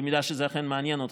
במידה שזה אכן מעניין אותך,